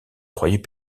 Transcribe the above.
croyait